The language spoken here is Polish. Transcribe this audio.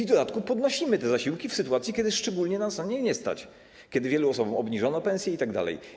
W dodatku podnosimy te zasiłki w sytuacji, kiedy szczególnie nas na nie nie stać, kiedy wielu osobom obniżono pensję itd.